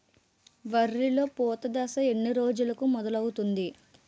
వరిలో పూత దశ ఎన్ని రోజులకు మొదలవుతుంది?